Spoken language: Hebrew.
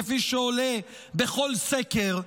כפי שעולה בכל סקר,